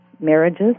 marriages